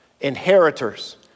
inheritors